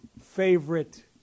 favorite